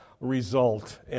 Result